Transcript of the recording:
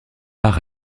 par